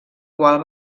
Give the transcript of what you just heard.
qual